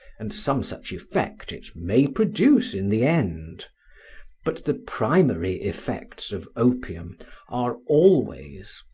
and some such effect it may produce in the end but the primary effects of opium are always,